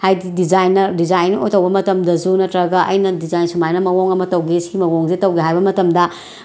ꯍꯥꯏꯗꯤ ꯗꯤꯖꯥꯏꯅ ꯗꯤꯖꯥꯏꯟ ꯑꯣꯏꯅ ꯇꯧꯕ ꯃꯇꯝꯗꯁꯨ ꯅꯠꯇ꯭ꯔꯒ ꯑꯩꯅ ꯗꯤꯖꯥꯏꯟ ꯁꯨꯃꯥꯏꯅ ꯃꯑꯣꯡ ꯑꯃ ꯇꯧꯒꯦ ꯁꯤ ꯃꯑꯣꯡꯁꯦ ꯇꯧꯒꯦ ꯍꯥꯏꯕ ꯃꯇꯝꯗ